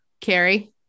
Carrie